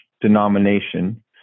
denomination